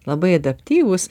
labai adaptyvūs